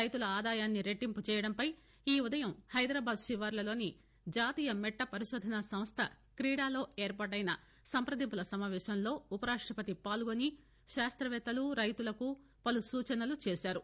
రైతుల ఆదాయాన్ని రెట్లింపు చేయడంపై ఈ ఉదయం హైదరాబాద్ శివార్లలోని జాతీయ మెట్ల పరిశోధనాసంస్థ క్రీడాలో ఏర్పాటైన సంపదింపుల సమావేశంలో ఉపరాష్టపతి పాల్గొని శాస్తవేత్తల రైతులకు పలు సూచనలు చేశారు